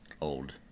old